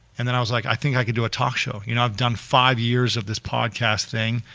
and then i was like, i think i can do a talk show. you know, i've done five years of this podcast thing,